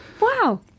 Wow